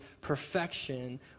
perfection